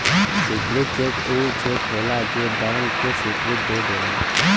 स्वीकृत चेक ऊ चेक होलाजे के बैंक स्वीकृति दे देला